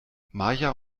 maja